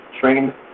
trained